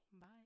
Bye